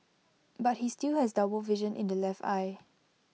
but he still has double vision in the left eye